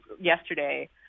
yesterday